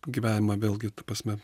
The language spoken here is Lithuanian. gyvenimą vėlgi ta prasme